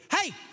Hey